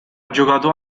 giocato